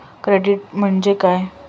Credit म्हणजे काय?